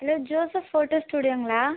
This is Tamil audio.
hello Joseph photo ஸ்டூடியோங்களா